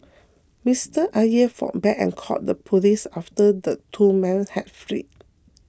Mister Aye fought back and called the police after the two men had fled